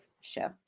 show